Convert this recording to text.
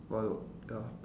one O ya